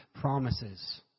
promises